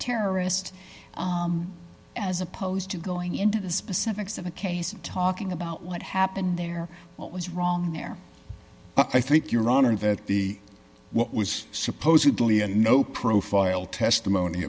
terrorist as opposed to going into the specifics of a case of talking about what happened there what was wrong there i think your honor that the what was supposedly a no profile testimony